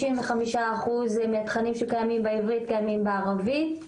95% תכנים שקיימים בעברית קיימים בערבית.